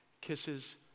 kisses